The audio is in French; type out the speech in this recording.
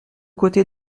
côtés